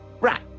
Right